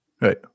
Right